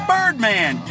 Birdman